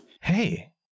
Hey